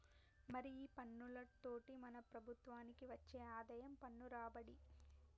మరి ఈ పన్నులతోటి మన ప్రభుత్వనికి వచ్చే ఆదాయం పన్ను రాబడి